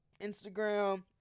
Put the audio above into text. instagram